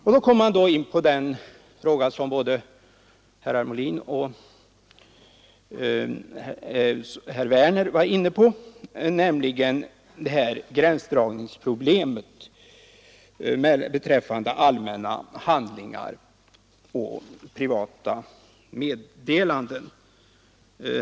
Jag vill så gå in på den fråga som både herr Molin och herr Werner i Malmö behandlade, nämligen gränsdragningsproblemet beträffande allmänna handlingar och privata meddelanden.